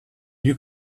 you